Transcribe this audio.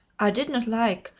i did not like,